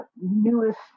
newest